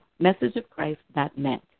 messageofchrist.net